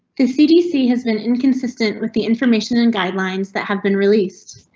the cdc has been inconsistent with the information and guidelines that have been released.